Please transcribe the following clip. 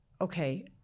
Okay